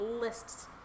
lists